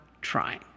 trying